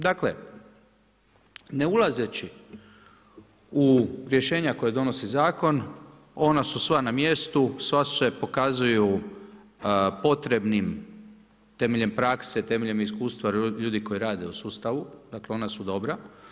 Dakle ne ulazeći u rješenja koja donosi zakon, ona su sva na mjestu, sva se pokazuju potrebnim temeljem prakse, temeljem iskustva ljudi koji rade u sustavu, dakle ona su dobra.